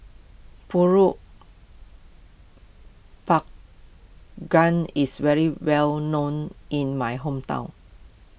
Pulut Panggang is very well known in my hometown